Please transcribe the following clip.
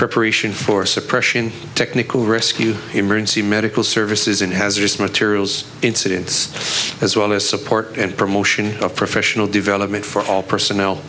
preparation for suppression technical rescue emergency medical services and hazardous materials incidents as well as support and promotion of professional development for all personnel